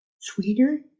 Sweeter